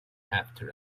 after